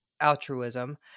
altruism